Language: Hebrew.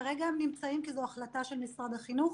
כרגע הם נמצאים כי זו החלטה של משרד החינוך.